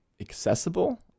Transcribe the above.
accessible